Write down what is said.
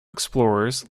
explorers